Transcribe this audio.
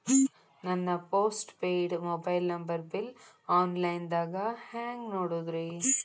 ನನ್ನ postpaid mobile number bill, online ದಾಗ ಹ್ಯಾಂಗ್ ನೋಡೋದ್ರಿ?